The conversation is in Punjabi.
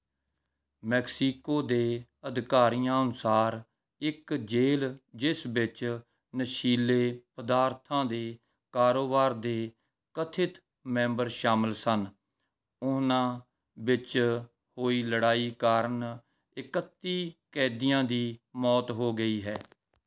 ਮੈਕਸੀਕੋ ਦੇ ਅਧਿਕਾਰੀਆਂ ਅਨੁਸਾਰ ਇੱਕ ਜੇਲ੍ਹ ਜਿਸ ਵਿੱਚ ਨਸ਼ੀਲੇ ਪਦਾਰਥਾਂ ਦੇ ਕਾਰੋਬਾਰ ਦੇ ਕਥਿਤ ਮੈਂਬਰ ਸ਼ਾਮਲ ਸਨ ਉਹਨਾਂ ਵਿੱਚ ਹੋਈ ਲੜਾਈ ਕਾਰਨ ਇਕੱਤੀ ਕੈਦੀਆਂ ਦੀ ਮੌਤ ਹੋ ਗਈ ਹੈ